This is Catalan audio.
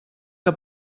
que